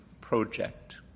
project